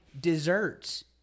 desserts